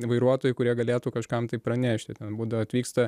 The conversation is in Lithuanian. vairuotojai kurie galėtų kažkam tai pranešti ten būdavo atvyksta